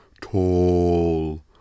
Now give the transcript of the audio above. tall